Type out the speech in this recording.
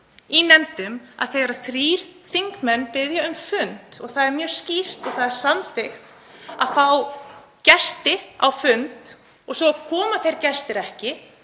í nefndum. Þegar þrír þingmenn biðja um fund og það er mjög skýrt og það er samþykkt að fá gesti á fund en svo koma þeir gestir ekki,